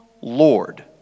lord